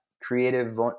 creative